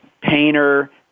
Painter